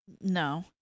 No